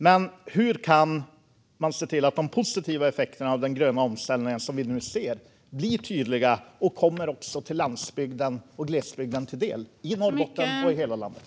Men hur kan man se till att de positiva effekterna av den gröna omställningen blir tydliga och också kommer landsbygden och glesbygden till del - i Norrbotten och i hela landet?